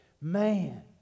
Man